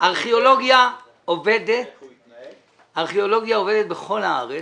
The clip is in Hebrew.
ארכיאולוגיה עובדת בכל הארץ,